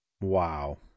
Wow